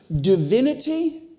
divinity